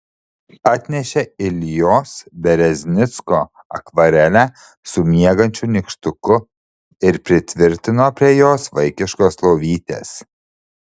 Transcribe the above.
atnešė iljos bereznicko akvarelę su miegančiu nykštuku ir pritvirtino prie jos vaikiškos lovytės